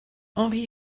henri